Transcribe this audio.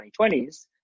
2020s